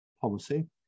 policy